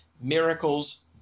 miracles